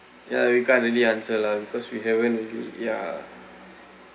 ya we can't really answer lah because we haven't really ya